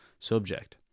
Subject